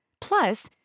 Plus